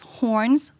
horns